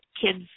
kids